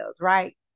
right